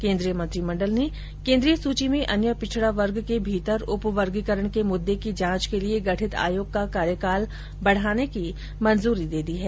केंद्रीय मंत्रिमंडल ने केंद्रीय सूची में अन्य पिछड़ा वर्ग के भीतर उप वर्गीकरण के मुद्दे की जांच के लिए गठित आयोग का कार्यकाल बढ़ाने की मंजूरी दे दी है